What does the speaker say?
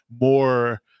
more –